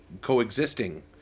coexisting